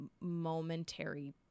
momentary